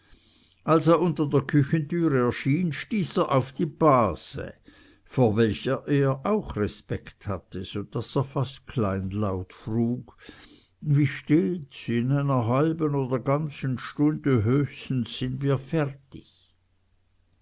als er unter der küchentüre erschien stieß er auf die base vor welcher er auch respekt hatte so daß er fast kleinlaut frug wie stehts in einer halben oder ganzen stunde höchstens sind wir fertig